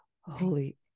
holy